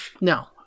No